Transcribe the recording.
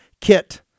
kit